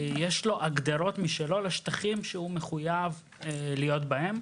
יש לו הגדרות משלו לשטחים שהוא מחויב להיות בהם.